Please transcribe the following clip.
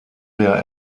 der